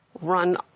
run